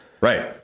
right